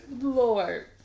Lord